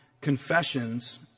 confessions